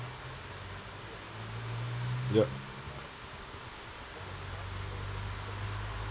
yup